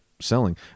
selling